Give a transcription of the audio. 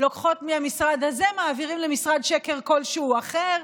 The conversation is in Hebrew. לוקחות מהמשרד הזה, מעבירים למשרד שקר כלשהו אחר.